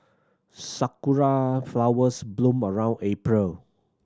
sakura flowers bloom around April